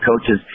Coaches